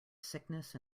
sickness